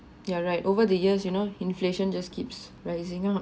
you are right over the years you know inflation just keeps rising up